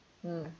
mm